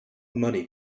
money